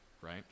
right